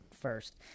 first